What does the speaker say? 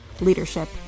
leadership